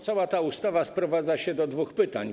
Cała ta ustawa sprowadza się do dwóch pytań.